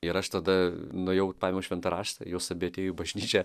ir aš tada nuėjau paėmiau šventą raštą jos abi atėjo į bažnyčią